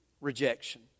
rejection